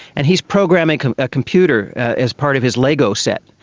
and he is programming a computer as part of his lego set.